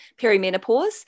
perimenopause